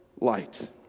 light